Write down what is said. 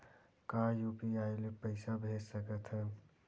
का यू.पी.आई ले पईसा भेज सकत हन?